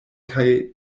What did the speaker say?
kaj